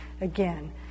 Again